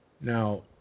Now